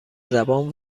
زبان